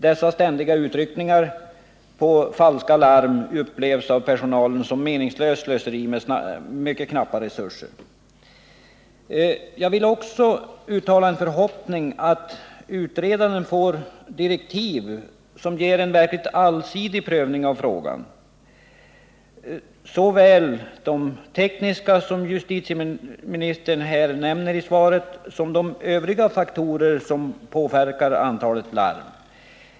Dessa ständiga utryckningar på falska larm upplevs av personalen som meningslöst slöseri med mycket knappa resurser. Jag vill vidare uttala en förhoppning om att utredaren får direktiv som möjliggör en verkligt allsidig prövning av frågan, såväl av de tekniska faktorerna, som justitieministern nämner i svaret, som av de övriga faktorer som påverkar antalet larm.